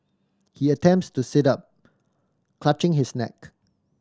he attempts to sit up clutching his neck